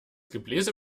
gebläse